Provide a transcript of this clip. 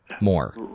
more